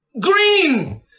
green